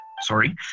sorry